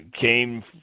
came